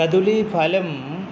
कदलीफलं